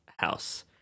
house